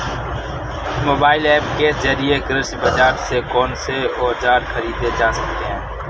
Mobile app के जरिए कृषि बाजार से कौन से औजार ख़रीदे जा सकते हैं?